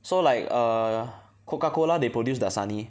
so like err Coca Cola they produce Dasani